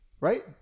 Right